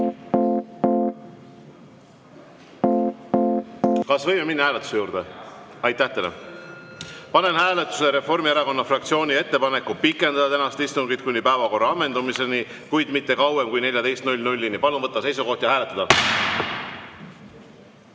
ka tehtud. (Saal on nõus.) Aitäh teile! Panen hääletusele Reformierakonna fraktsiooni ettepaneku pikendada tänast istungit kuni päevakorra ammendumiseni, kuid mitte kauem kui 14.00-ni. Palun võtta seisukoht ja hääletada!